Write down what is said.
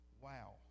Wow